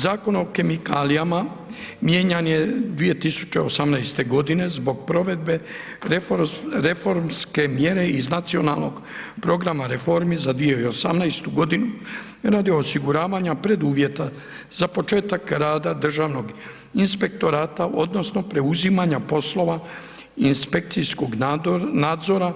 Zakon o kemikalijama mijenjan je 2018.g. zbog provedbe reformske mjere iz Nacionalnog programa reformi za 2018.g. radi osiguravanja preduvjeta za početak rada državnog inspektorata odnosno preuzimanja poslova inspekcijskog nadzora